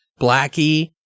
blackie